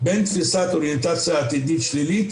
בין תפיסת אוריינטציה עתידית שלילית